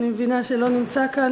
אני מבינה שלא נמצא כאן,